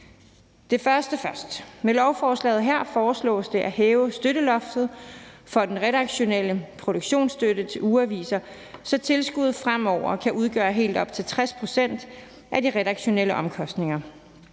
det første først. Med lovforslaget her foreslås det at hæve støtteloftet for den redaktionelle produktionsstøtte til ugeaviser, så tilskuddet fremover kan udgøre helt op til 60 pct. af de redaktionelle omkostninger